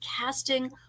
casting